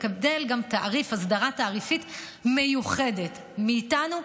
יקבל גם הסדרה תעריפית מיוחדת מאיתנו,